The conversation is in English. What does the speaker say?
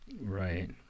Right